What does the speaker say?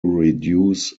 reduce